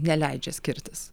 neleidžia skirtis